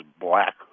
black